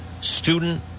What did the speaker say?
student